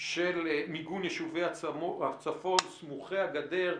של מיגון של יישובי הצפון סמוכי הגדר.